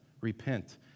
Repent